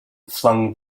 flung